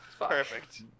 Perfect